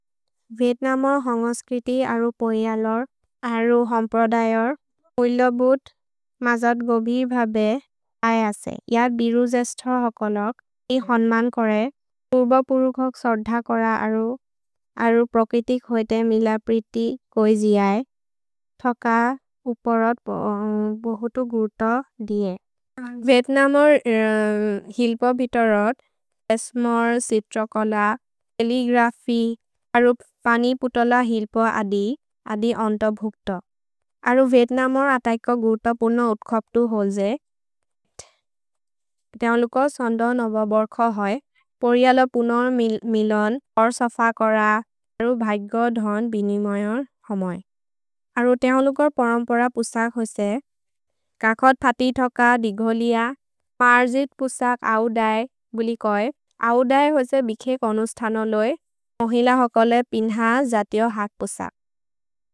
विएत्नम् अर् हन्गस्क्रिति अरु पोइअलोर् अरु हम्प्रदयोर् उइलोबुत् मजद् गोबि भबे अयसे। यद् बिरु जेस्थोर् होकोलोक्। इ होन्मन् कोरे तुर्ब पुरुखोक् सोद्ध कोर अरु प्रक्रितिक् होएते मिलप्रिति कोजिये थोक उपोरोद् बोहोतु गुर्तो दिये। विएत्नम् अर् हिल्पो बितोरोद् बेस्मोर्, सित्रोकोल, तेलेग्रफि अरु पनि पुतोल हिल्पो अदि अदि अन्तोभुक्त। अरु विएत्नम् अर् अतैको गुर्तो पुर्नो उत्खप्तु होल्जे तेनोलुको सोन्दोन् अबबोर्खो होय् पोइअलो पुर्नोर् मिलोन् अर् सफकोर अरु भैगोधोन् बिनिमोयोर् होमोय्। अरु तेनोलुकोर् परम्पर पुसक् होसे कखो थति थोक दिगोलिअ पर्जित् पुसक् औदय् गुलिकोय् औदय् होसे बिखेक् अनुस्तनो लोय् मोहिल होकोले पिन्ह जतिओ हक् पुसक्।